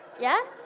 yeah?